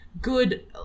Good